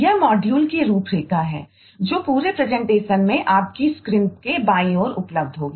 यह मॉड्यूल के बाईं ओर उपलब्ध होगी